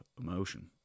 emotion